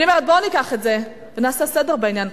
אני אומרת: בואו ניקח את זה ונעשה סדר בעניין.